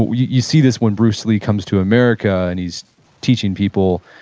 you you see this when bruce lee comes to america and he's teaching people.